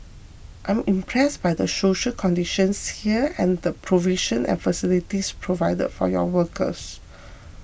I am impressed by the social conditions here and the provision and facilities provided for your workers